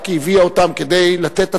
רק היא הביאה אותם כדי לתת הצעה.